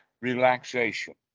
relaxation